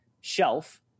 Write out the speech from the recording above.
shelf